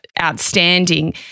outstanding